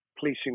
policing